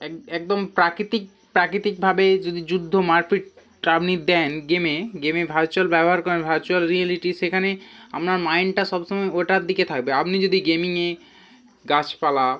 একদম প্রাকৃতিক প্রাকৃতিকভাবে যদি যুদ্ধ মারপিটটা আপনি দেন গেমে গেমে ভার্চুয়াল ব্যবহার করেন ভার্চুয়াল রিয়েলিটি সেখানে আপনার মাইন্ডটা সব সময় ওটার দিকে থাকবে আপনি যদি গেমিংয়ে গাছপালা